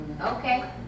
Okay